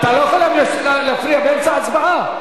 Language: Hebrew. אתה לא יכול להפריע באמצע ההצבעה.